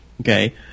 okay